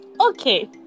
Okay